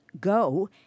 go